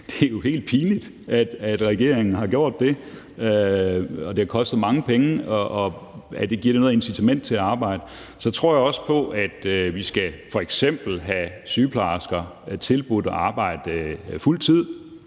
Det er jo helt pinligt, at regeringen har gjort det. Det har kostet mange penge, og det giver ikke noget incitament til at arbejde. Så tror jeg også på, at vi f.eks. skal tilbyde sygeplejersker at arbejde på fuld tid.